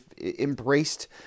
embraced